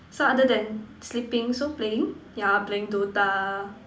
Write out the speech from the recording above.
so other than sleeping so playing yeah playing Dota